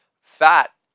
fat